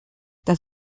das